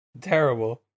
terrible